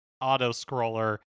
auto-scroller